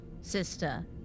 sister